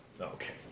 Okay